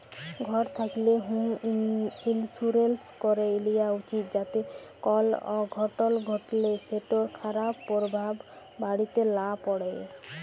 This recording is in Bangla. ঘর থ্যাকলে হম ইলসুরেলস ক্যরে লিয়া উচিত যাতে কল অঘটল ঘটলে সেটর খারাপ পরভাব বাড়িতে লা প্যড়ে